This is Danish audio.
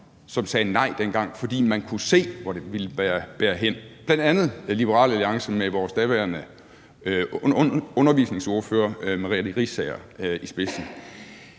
som sagde nej dengang, fordi man kunne se, hvor det ville bære hen, bl.a. Liberal Alliance med vores daværende undervisningsordfører, Merete Riisager, i spidsen.